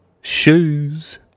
shoes